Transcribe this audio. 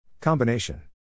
Combination